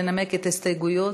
לנמק את ההסתייגויות.